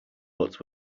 but